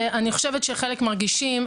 אני חושבת שחלק מרגישים.